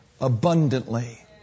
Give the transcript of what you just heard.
Abundantly